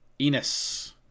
Enos